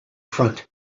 front